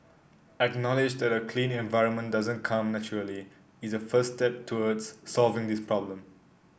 acknowledge that a clean environment doesn't come naturally is the first step towards solving this problem